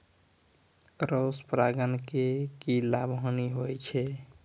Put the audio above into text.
Cross परागण के की लाभ, हानि होय छै?